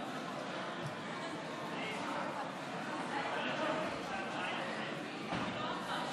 תכף אני אקרא לו בדיוק בשם.